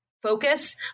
Focus